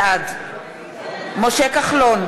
בעד משה כחלון,